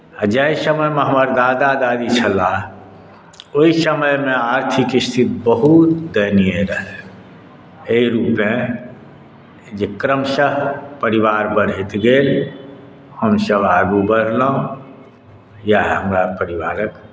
तऽ जाहि समयमे हमर दादा दादी छलाह ओहि समयमे आर्थिक स्थिति बहुत दयनीय रहए एहि रूपेँ जे क्रमशः परिवार बढ़ैत गेल हमसभ आगू बढ़लहुँ इएह हमरा परिवारक